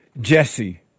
Jesse